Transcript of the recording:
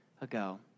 ago